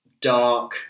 dark